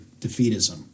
defeatism